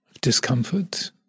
discomfort